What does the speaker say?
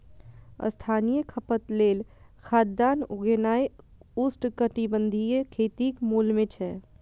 स्थानीय खपत लेल खाद्यान्न उगेनाय उष्णकटिबंधीय खेतीक मूल मे छै